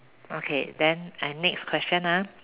okay then I next question ah